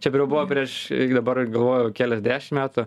čia buvo prieš dabar galvoju keliasdešim metų